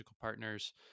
partners